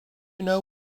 know